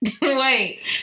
wait